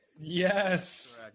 Yes